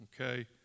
okay